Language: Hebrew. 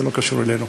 זה לא קשור אלינו.